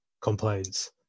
complaints